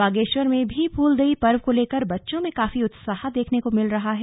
बागेश्वर में भी फूलदेई पर्व को लेकर बच्चों में काफी उत्साह देखने को मिल रहा है